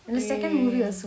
ookay